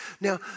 Now